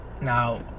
Now